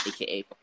aka